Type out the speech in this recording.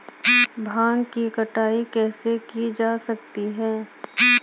भांग की कटाई कैसे की जा सकती है?